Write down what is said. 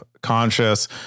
conscious